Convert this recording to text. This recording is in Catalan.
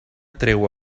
treu